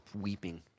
weeping